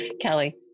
Kelly